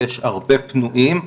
יש הרבה פנויים,